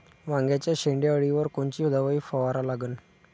वांग्याच्या शेंडी अळीवर कोनची दवाई फवारा लागन?